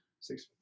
Six